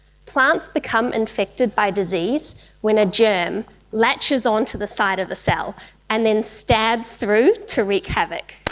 plants become infected by disease when a germ latches onto the side of a cell and then stabs through to wreak havoc.